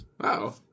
Wow